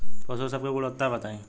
पशु सब के गुणवत्ता बताई?